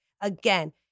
again